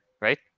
right